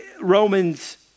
Romans